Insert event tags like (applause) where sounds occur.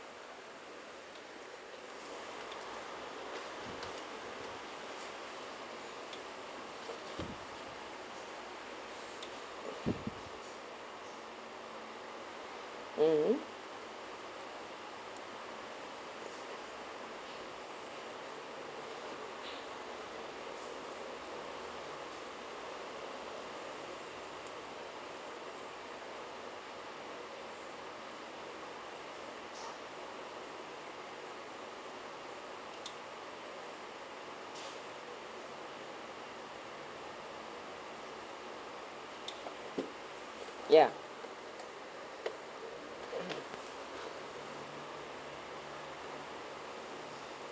mmhmm ya (noise)